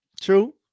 True